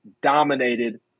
dominated